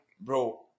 bro